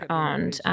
owned